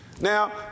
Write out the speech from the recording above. now